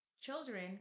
children